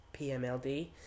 PMLD